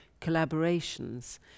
collaborations